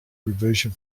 revision